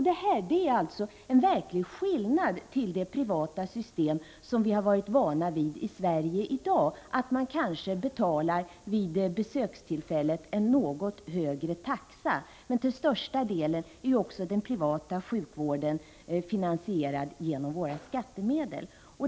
Detta är en verklig skillnad mot det privata system som vi har varit vana vid i Sverige. I dag kanske man får betala en något högre taxa vid besökstillfället. Men till största delen är den privata sjukvården finansierad genom våra skattemedel.